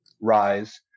rise